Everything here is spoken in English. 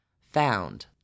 found